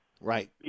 Right